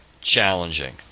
challenging